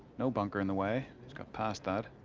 no bunker in the way, it's got past that.